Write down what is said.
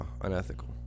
unethical